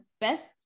best